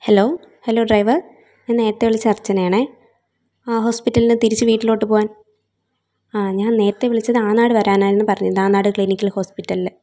hello hello driver ഞാൻ നേരത്തെ വിളിച്ച അർച്ചനയാണേ ആ ഹോസ്പിറ്റലിന് തിരിച്ച് വീട്ടിലോട്ട് പോവാൻ ആ ഞാൻ നേരത്തെ വിളിച്ചത് ആനാട് വരാനാണ് പറഞ്ഞത് ആനാട് ക്ലിനിക്കൽ ഹോസ്പിറ്റലിൽ